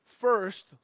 first